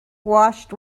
washed